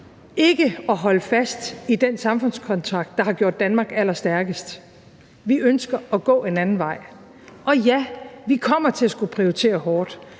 ikke at holde fast i den samfundskontrakt, der har gjort Danmark allerstærkest. Vi ønsker at gå en anden vej. Og ja, vi kommer til at skulle prioritere hårdt.